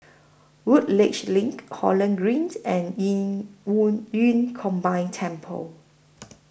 Woodleigh LINK Holland Green and Qing Wu Yun Combined Temple